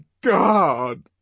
God